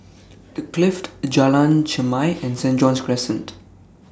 The Clift Jalan Chermai and Saint John's Crescent